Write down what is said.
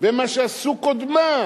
ומה שעשו קודמיו.